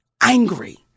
angry